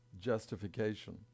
justification